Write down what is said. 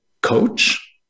coach